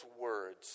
words